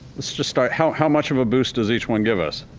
let's just start, how how much of a boost does each one give us?